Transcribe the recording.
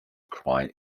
cry